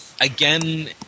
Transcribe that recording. again